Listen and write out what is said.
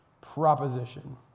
proposition